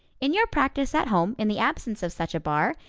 in your practice at home, in the absence of such a bar,